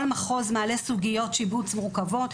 כל מחוז מעלה סוגיות שיבוץ מורכבות.